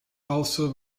also